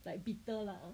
like bitter lah